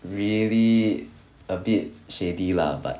really a bit shady lah but